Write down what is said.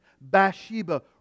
Bathsheba